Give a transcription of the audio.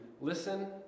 listen